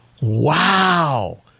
wow